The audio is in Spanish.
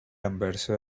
anverso